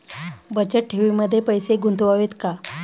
बचत ठेवीमध्ये पैसे गुंतवावे का?